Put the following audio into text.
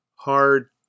Hard